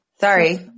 sorry